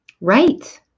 Right